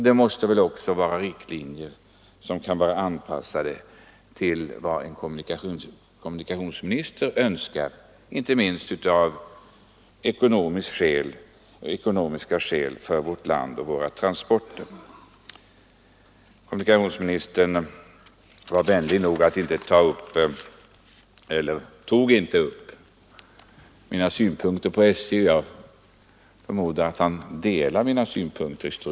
Det måste väl också vara riktlinjer anpassade till vad en kommunikationsminister önskar, inte minst av ekonomiska skäl, för vårt land och våra transporter.